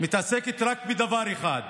היא מתעסקת רק בדבר אחד: